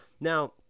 now